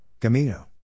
Camino